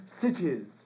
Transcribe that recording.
cities